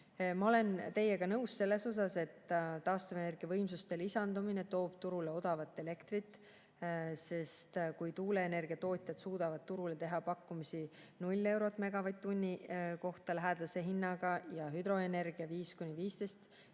Ma olen teiega nõus selles, et taastuvenergiavõimsuste lisandumine toob turule odavat elektrit. Kui tuuleenergia tootjad suudavad turul teha pakkumisi 0 eurole megavatt-tunni eest lähedase hinnaga ja hüdroenergia puhul